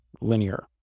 linear